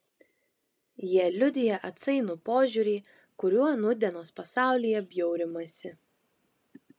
jie liudija atsainų požiūrį kuriuo nūdienos pasaulyje bjaurimasi